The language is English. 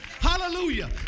Hallelujah